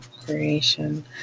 creation